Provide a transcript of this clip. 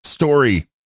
Story